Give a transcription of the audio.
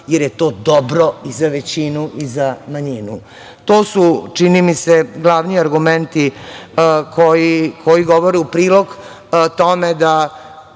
jer je to dobro i za većinu i za manjinu. To su, čini mi se, glavni argumenti koji govore u prilog tome da,